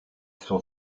sont